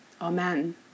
Amen